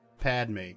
Padme